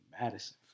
Madison